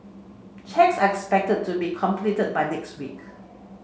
checks are expected to be completed by next week